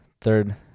third